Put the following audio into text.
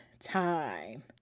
time